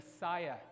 Messiah